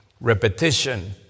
repetition